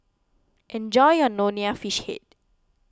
Enjoy your Nonya Fish Head